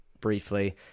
briefly